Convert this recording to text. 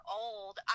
old